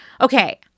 Okay